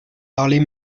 parlait